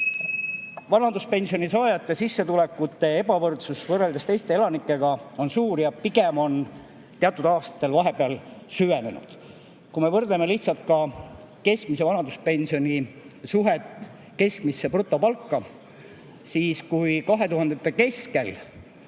Vanaduspensioni saajate sissetulekute ebavõrdsus võrreldes teiste elanikega on suur ja pigem on see teatud aastatel vahepeal süvenenud. Kui me võrdleme keskmise vanaduspensioni ja keskmise brutopalga suhet, siis kui 2000-ndate keskel